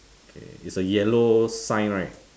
okay is a yellow sign right